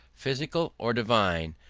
physical or divine,